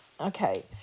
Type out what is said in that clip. okay